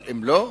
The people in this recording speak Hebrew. אבל אם לא,